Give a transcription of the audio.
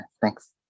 thanks